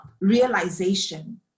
realization